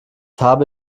habe